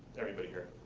everybody here,